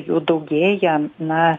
jų daugėja na